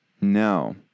No